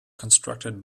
constructed